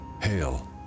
Hail